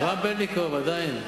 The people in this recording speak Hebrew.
רם בלינקוב, עדיין.